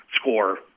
score